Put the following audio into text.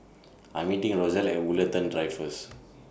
I'm meeting Rosalee At Woollerton Drive First